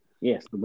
Yes